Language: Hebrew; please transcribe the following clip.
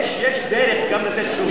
יש דרך גם לתת תשובה,